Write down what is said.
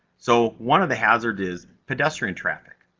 so, one of the hazards, is pedestrian traffic.